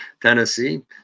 tennessee